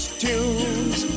tunes